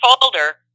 folder